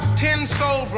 tensei